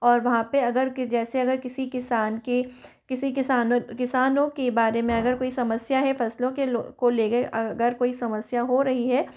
और वहाँ पर अगर किसी जैसे अगर किसी किसान के किसी किसान किसानों के बारे में अगर कोई समस्या है फसलों के को लेकर अगर कोई समस्या हो रही है